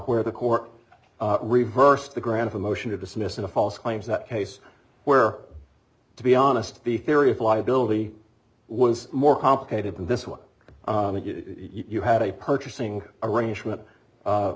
where the court reversed the ground of a motion to dismiss in a false claims that case where to be honest the theory of liability was more complicated than this one you had a purchasing arrangement